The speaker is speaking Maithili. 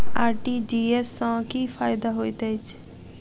आर.टी.जी.एस सँ की फायदा होइत अछि?